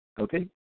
Okay